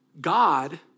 God